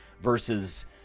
versus